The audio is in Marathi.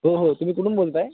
हो हो तुमी कुठून बोलताय